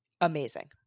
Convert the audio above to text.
Amazing